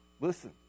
listen